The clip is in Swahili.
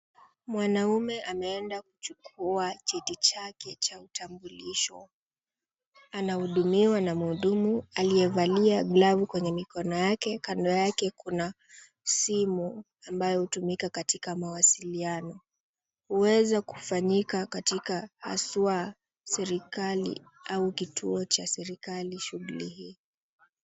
Mwanaume ameenda kuchukua cheti chake cha utambulisho. Anahudumiwa na mhudumu aliyevalia glavu kwenye mikono yake, kando yake kuna simu ambayo hutumika katika mawasiliano. Uweza kufanyika katika haswa, serikali, au kituo cha serikali shughuliki.